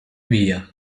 via